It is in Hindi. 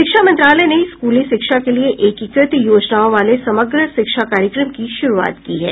शिक्षा मंत्रालय ने स्कूली शिक्षा के लिए एकीकृत योजनाओं वाले समग्र शिक्षा कार्यक्रम की शुरूआत की है